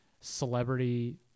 celebrity